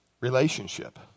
relationship